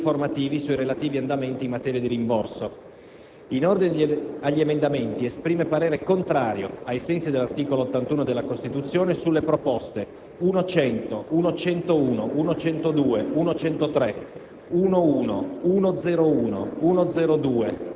appare necessario che il Governo fornisca gli adeguati elementi informativi sui relativi andamenti in materia di rimborso. In ordine agli emendamenti, esprime parere contrario, ai sensi dell'articolo 81 della Costituzione, sulle proposte 1.100, 1.101, 1.102, 1.103,